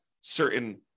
certain